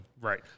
Right